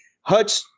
Hutch